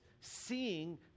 seeing